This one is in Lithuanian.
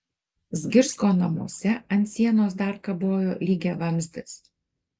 zgirsko namuose ant sienos dar kabojo lygiavamzdis